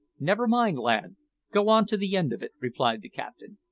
never mind, lad go on to the end of it, replied the captain.